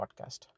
Podcast